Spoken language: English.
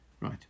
right